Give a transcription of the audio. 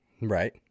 Right